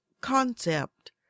concept